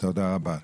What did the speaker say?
בואו